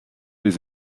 les